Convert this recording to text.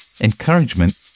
encouragement